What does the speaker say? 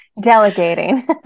Delegating